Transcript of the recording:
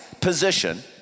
position